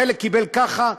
חלק קיבל ככה.